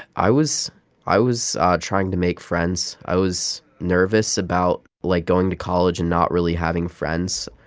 i was i was trying to make friends. i was nervous about, like, going to college and not really having friends.